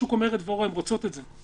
השוק אומר את דברו, הן רוצות את זה.